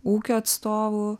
ūkio atstovų